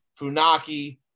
Funaki